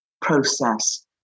process